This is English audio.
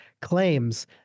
claims